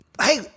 Hey